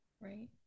Right